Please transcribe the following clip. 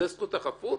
זו זכות החפות?